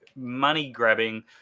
money-grabbing